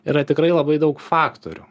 yra tikrai labai daug faktorių